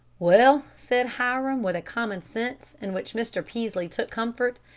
well, said hiram, with a common sense in which mr. peaslee took comfort,